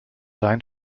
sein